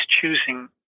choosing